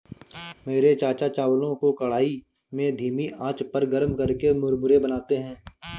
मेरे चाचा चावलों को कढ़ाई में धीमी आंच पर गर्म करके मुरमुरे बनाते हैं